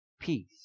peace